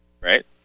right